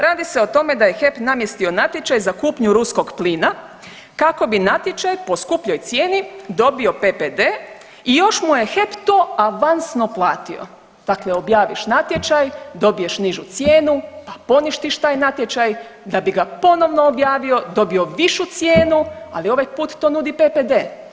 Radi se o tome da je HEP namjestio natječaj za kupnju ruskog plina kako bi natječaj po skupljoj cijeni dobio PPD i još mu je HEP to avansno platio, dakle objaviš natječaj, dobiješ nižu cijenu, pa poništiš taj natječaj, da bi ga ponovno objavio, dobio višu cijenu, ali ovaj put to nudi PPD.